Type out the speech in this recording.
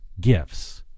gifts